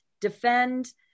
defend